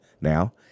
now